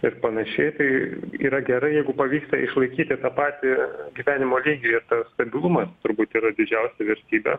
ir panašiai tai yra gerai jeigu pavyksta išlaikyti tą patį gyvenimo lygį ir stabilumas turbūt yra didžiausia vertybė